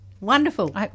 Wonderful